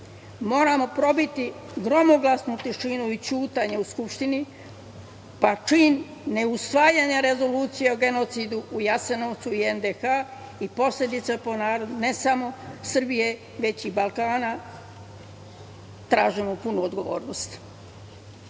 Moramo probiti gromoglasnu tišinu i ćutanje u Skupštini, pa čin ne usvajanja rezolucije o genocidu u Jasenovcu i NDH je posledica po narod, ne samo Srbije, već i Balkana. Tražimo punu odgovornost.